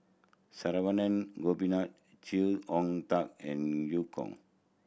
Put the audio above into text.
Saravanan Gopinathan Chee Hong Tat and Eu Kong